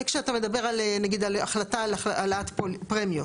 זה כשאתה מדבר על נגיד על החלטה על העלאת פרמיות.